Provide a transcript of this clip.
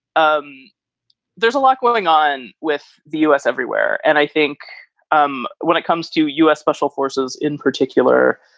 um there's a lot going on with the u s. everywhere. and i think um when it comes to u s. special forces in particular,